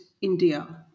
India